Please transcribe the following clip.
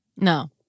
No